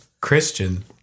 Christian